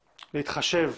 להתחשב,